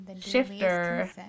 shifter